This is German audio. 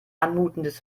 anmutendes